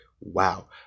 wow